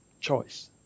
Choice